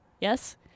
Yes